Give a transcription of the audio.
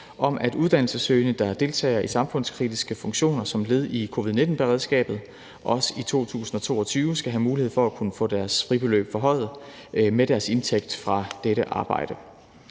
om, at uddannelsessøgende, der deltager i samfundskritiske funktioner som led i covid-19-beredskabet, også i 2022 skal have mulighed for at kunne få deres fribeløb forhøjet med deres indtægt fra dette arbejde.